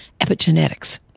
epigenetics